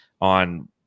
on